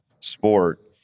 sport